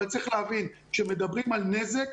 צריך להבין שכשמדברים על נזק,